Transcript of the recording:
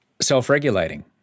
self-regulating